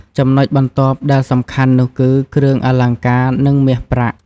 ចំណុចបន្ទាប់ដែលសំខាន់នោះគឺ គ្រឿងអលង្ការ និងមាស ប្រាក់។